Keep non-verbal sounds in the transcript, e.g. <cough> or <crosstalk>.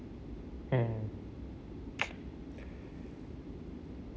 mm <noise>